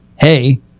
Hey